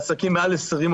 בעסקים עם מעל 20 עובדים,